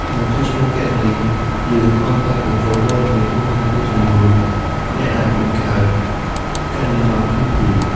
ការចុះឈ្មោះគណនីយើងគ្រាន់តែបញ្ចូលព័ត៌មានមូលដ្ឋានមួយចំនួន អ្នកអាចបង្កើតគណនីបានភ្លាមៗ។